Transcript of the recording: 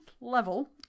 level